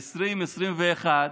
ב-2021,